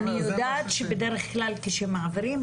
אני יודעת שבדרך כלל כשמעבירים,